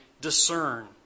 discern